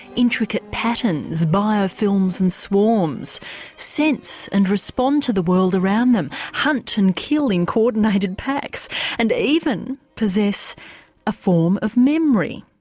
intricate patterns, biofilms and swarms sense and respond to the world around them, hunt and kill in coordinated packs they and even possess a form of memory.